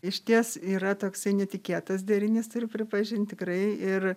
išties yra toksai netikėtas derinys tai ir pripažint tikrai ir